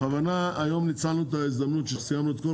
בכוונה היום ניצלנו את ההזדמנות שסיימנו את כל